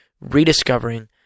rediscovering